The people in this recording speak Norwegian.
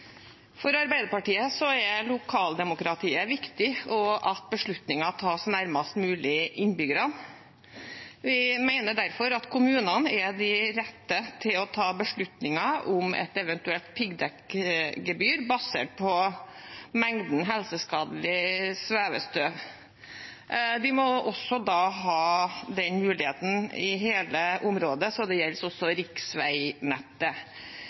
For Arbeiderpartiet er lokaldemokratiet viktig og at beslutninger tas nærmest mulig innbyggerne. Vi mener derfor at kommunene er de rette til å ta beslutninger om et eventuelt piggdekkgebyr basert på mengden helseskadelig svevestøv. De må også ha den muligheten i hele området, så det gjelder